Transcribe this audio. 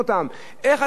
איך הדבר הזה,